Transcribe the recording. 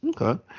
Okay